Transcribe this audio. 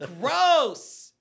Gross